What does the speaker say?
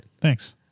thanks